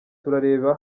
turareba